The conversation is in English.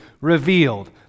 revealed